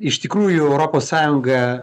iš tikrųjų europos sąjunga